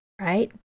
right